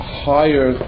higher